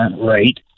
rate